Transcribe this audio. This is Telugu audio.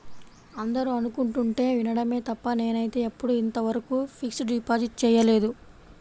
అందరూ అనుకుంటుంటే వినడమే తప్ప నేనైతే ఎప్పుడూ ఇంతవరకు ఫిక్స్డ్ డిపాజిట్ చేయలేదు